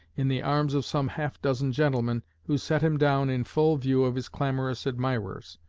in the arms of some half-dozen gentlemen who set him down in full view of his clamorous admirers.